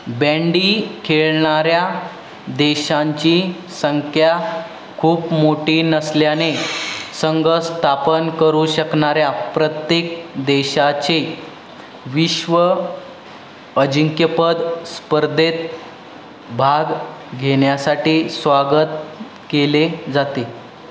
bandy खेळणाऱ्या देशांची संख्या खूप मोठी नसल्याने संघ स्थापन करू शकणाऱ्या प्रत्येक देशाचे विश्व अजिंक्यपद स्पर्धेत भाग घेण्यासाठी स्वागत केले जाते